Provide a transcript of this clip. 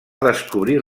descobrir